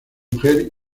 mujer